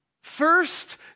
first